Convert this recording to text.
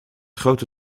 grote